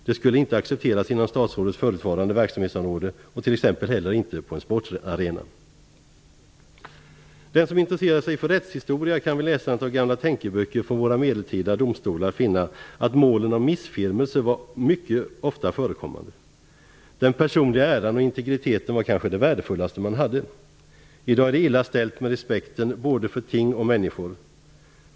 Det skulle inte accepteras inom statsrådets förutvarande verksamhetsområde och inte heller på t.ex. en sportarena. Den som intresserar sig för rättshistoria kan läsa ett antal gamla tänkeböcker från våra medeltida domstolar. Där finner man att mål om missfirmelse var mycket ofta förekommande. Den personliga äran och integriteten var kanske det värdefullaste man hade. I dag är det illa ställt med respekten för både ting och människor.